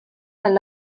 dal